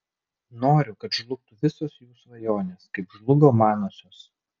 noriu kad žlugtų visos jų svajonės kaip žlugo manosios